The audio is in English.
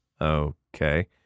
Okay